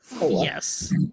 Yes